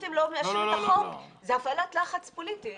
אתם לא מאשרים את החוק זו הפעלת לחץ פוליטי,